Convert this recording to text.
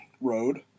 road